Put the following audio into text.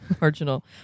Marginal